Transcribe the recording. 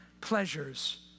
pleasures